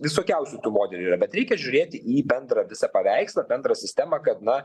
visokiausių tų modelių yra bet reikia žiūrėti į bendrą visą paveikslą bendrą sistemą kad na